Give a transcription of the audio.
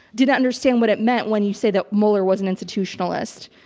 did not understand what it meant, when you say that mueller was an institutionalist.